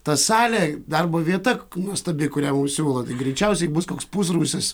ta salė darbo vieta nuostabi kurią mums siūlo tai greičiausiai bus koks pusrūsis